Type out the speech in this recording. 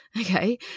okay